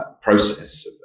process